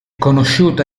conosciuta